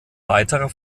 weiterer